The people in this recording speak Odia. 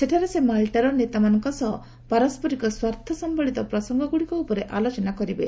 ସେଠାରେ ସେ ମାଲ୍ଟାର ନେତାମାନଙ୍କ ସହ ପାରସ୍କରିକ ସ୍ୱାର୍ଥ ସମ୍ଭଳିତ ପ୍ରସଙ୍ଗଗୁଡ଼ିକ ଉପରେ ଆଲୋଚନା କରିବେ